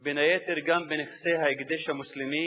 בין היתר גם בנכסי ההקדש המוסלמי,